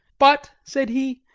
but, said he,